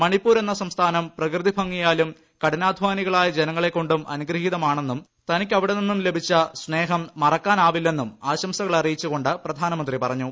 മണിപ്പൂർ എന്ന സംസ്ഥാനം പ്രകൃതി ഭംഗിയാലും കഠിനാധാനികളായ ജനങ്ങളെ കൊണ്ട് അനുഗ്രഹീതമാണെന്നും തനിക്ക് അവിടെ നിന്നും ലഭിച്ച സ്നേഹം മറക്കാനാവില്ലെന്നും ആശംസകളറിയിച്ചുകൊണ്ട് പ്രധാനമന്ത്രി പറഞ്ഞു